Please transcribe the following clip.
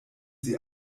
sie